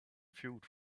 field